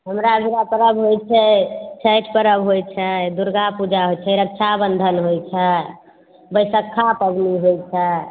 हमरा इहाँ परब होइ छै छैठ परब होइ छै दुर्गापूजा होइ छै रक्षाबन्धन होइ छै बैशखा पबनी होइ छै